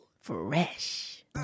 Fresh